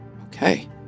Okay